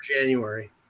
January